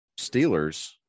Steelers